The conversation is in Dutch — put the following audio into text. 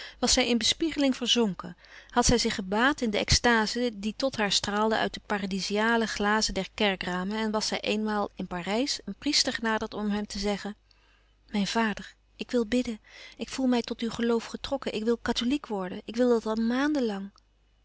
was zij in bespiegeling verzonken had zij zich gebaad in de extaze die tot haar straalde uit de paradiziale glazen der kerkramen en was zij eenmaal in parijs een priester genaderd om hem te zeggen mijn vader ik wil bidden ik voel mij tot uw geloof getrokken ik wil katholiek worden ik wil dat al